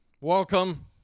welcome